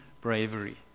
bravery